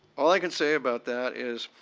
all i can say about that is